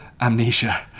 amnesia